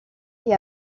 est